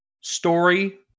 story